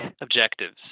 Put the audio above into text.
objectives